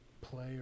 play